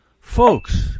Folks